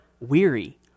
weary